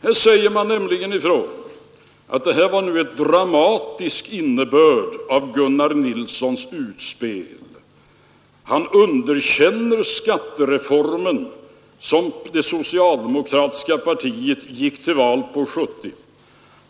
Här säger man nämligen ifrån att det var en dramatisk innebörd av Gunnar Nilssons utspel: ”Han underkänner den skattereform som det socialdemokratiska partiet gick till val på 1970.